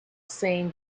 saying